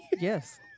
Yes